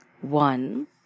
One